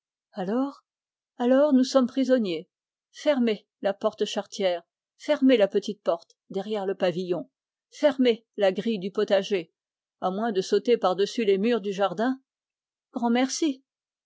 alors nous sommes prisonniers fermée la porte charretière fermée la petite porte derrière le pavillon fermée la grille du potager à moins de sauter pardessus les murs du jardin